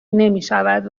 نمیشود